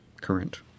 current